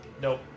Nope